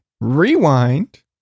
Rewind